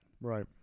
Right